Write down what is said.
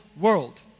world